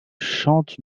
chante